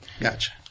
Gotcha